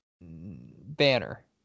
Banner